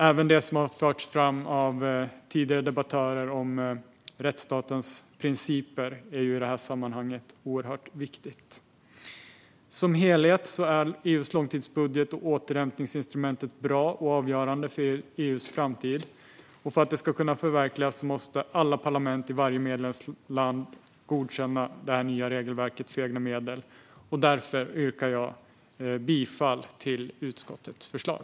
Även det som förts fram av tidigare debattörer om rättsstatens principer är i det här sammanhanget oerhört viktigt. Som helhet är EU:s långtidsbudget och återhämtningsinstrumentet bra och avgörande för EU:s framtid. För att det ska kunna förverkligas måste alla parlament i varje medlemsland godkänna det nya regelverket för egna medel. Därför yrkar jag bifall till utskottets förslag.